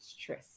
stress